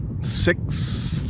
six